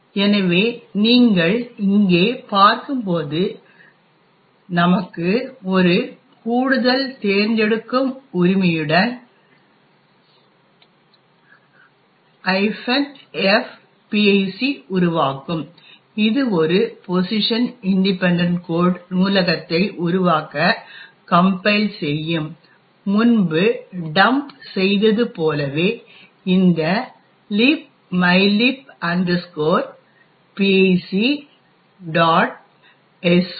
எனவே நீங்கள் இங்கே பார்க்கும்போது நமக்கு ஒரு கூடுதல் தேர்ந்தெடுக்கம் உரிமையுடன் fpic உருவாக்கும் இது ஒரு பொசிஷன் இன்ட்டிபென்டன்ட் கோட் நூலகத்தை உருவாக்க கம்பைல் செய்யும் முன்பு டம்ப் செய்தது போலவே இந்த libmylib pic